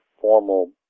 formal